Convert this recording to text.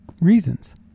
reasons